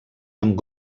amb